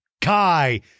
Kai